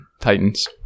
titans